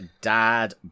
dad